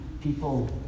people